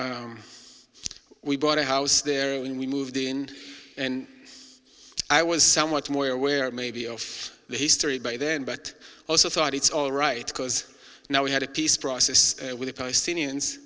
we bought a house there when we moved in and i was somewhat more aware maybe of history by then but i also thought it's all right because now we had a peace process with a palestinian